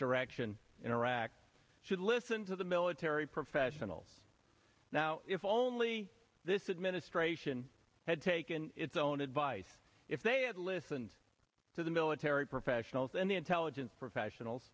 direction in iraq should listen to the military professionals now if only this is ministration had taken its own advice if they had listened to the military professionals and the intelligence professionals